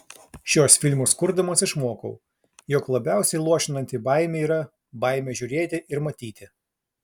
šiuos filmus kurdamas išmokau jog labiausiai luošinanti baimė yra baimė žiūrėti ir matyti